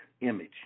image